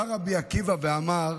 בא רבי עקיבא ואמר,